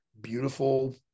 beautiful